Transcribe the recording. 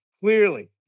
clearly